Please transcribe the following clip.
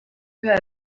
ühe